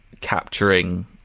capturing